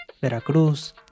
Veracruz